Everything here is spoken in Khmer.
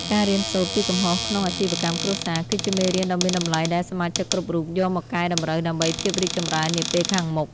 ការរៀនសូត្រពីកំហុសក្នុងអាជីវកម្មគ្រួសារ គឺជាមេរៀនដ៏មានតម្លៃដែលសមាជិកគ្រប់រូបយកមកកែតម្រូវដើម្បីភាពរីកចម្រើននាពេលខាងមុខ។